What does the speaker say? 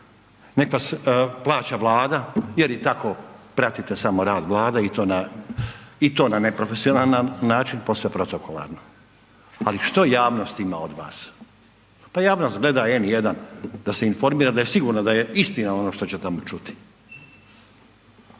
Nek vas plaća Vlada jer i tako pratite samo rad Vlade i to na neprofesionalan nam način, posve protokolarno. Ali što javnost ima od vas? Pa javnost gleda N1 da se informira, da je sigurno, da je istina ono što će tamo čuti.